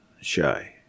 shy